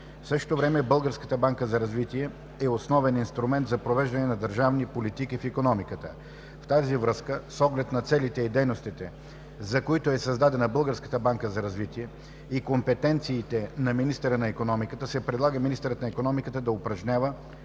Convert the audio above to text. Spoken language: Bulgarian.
развитие” АД е основен инструмент за провеждане на държавни политики в икономиката. В тази връзка с оглед на целите и дейностите, за които е създадена Българската банка за развитие и компетенциите на министъра на икономиката, се предлага министърът на икономиката на упражнява